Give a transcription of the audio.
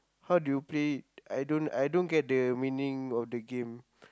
how do you play it I don't I don't get the meaning of the game